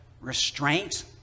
restraint